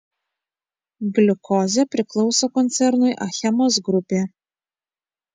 gliukozė priklauso koncernui achemos grupė